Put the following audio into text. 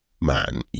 man